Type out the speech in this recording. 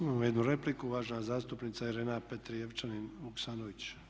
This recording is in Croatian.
Imamo jednu repliku, uvažena zastupnica Irena Petrijevčanin Vuksanović.